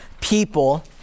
people